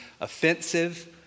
offensive